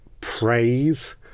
praise